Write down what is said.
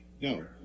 No